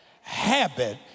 Habit